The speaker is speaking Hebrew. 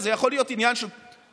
וזה יכול להיות עניין של חודש,